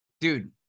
Dude